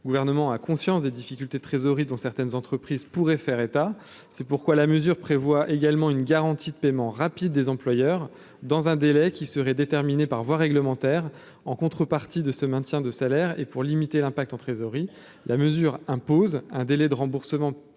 37 gouvernement a conscience des difficultés de trésorerie dont certaines entreprises pourraient faire état, c'est pourquoi la mesure prévoit également une garantie. Paiement rapide des employeurs dans un délai qui serait déterminé par voie réglementaire, en contrepartie de ce maintien de salaire et pour limiter l'impact en trésorerie, la mesure impose un délai de remboursement